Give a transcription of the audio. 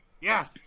Yes